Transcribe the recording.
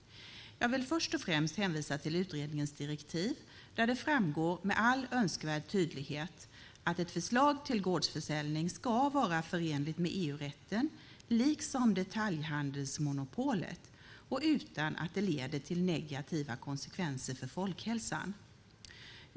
Jag vill först och främst hänvisa till utredningens direktiv, där det med all önskvärd tydlighet framgår att ett förslag till gårdsförsäljning ska vara förenligt med EU-rätten liksom med detaljhandelsmonopolet, utan att det leder till negativa konsekvenser för folkhälsan.